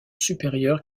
supérieur